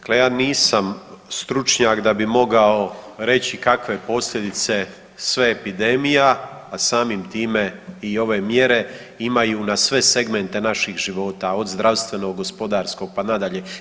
Dakle ja nisam stručnjak da bih mogao reći kakve posljedice sve epidemija, a samim time i ove mjere imaju na sve segmente naših života od zdravstvenog, gospodarskog, pa nadalje.